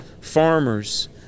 Farmers